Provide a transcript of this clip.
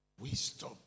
wisdom